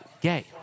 gay